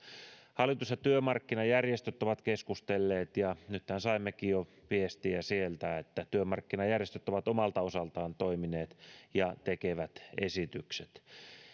hallitus ja työmarkkinajärjestöt ovat keskustelleet ja nythän saimmekin jo viestiä sieltä että työmarkkinajärjestöt ovat omalta osaltaan toimineet ja tekevät esitykset